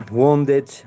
wounded